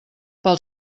pel